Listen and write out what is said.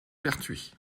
pertuis